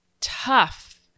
tough